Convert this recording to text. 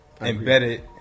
embedded